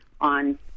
on